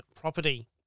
property